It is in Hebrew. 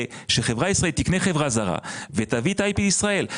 כאשר חברה ישראלי תקנה חברה זרה ותביא את ה-IP לישראל,